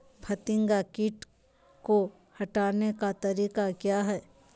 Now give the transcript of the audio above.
फतिंगा किट को हटाने का तरीका क्या है?